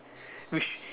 which